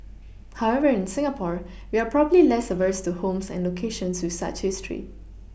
however in Singapore we are probably less averse to homes and locations with such history